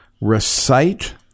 recite